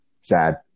sad